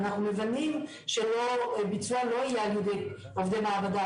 אנחנו מבינים שביצוע לא יהיה על ידי עובדי מעבדה,